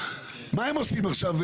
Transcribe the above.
מה הם עושים עכשיו?